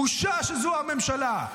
בושה שזו הממשלה,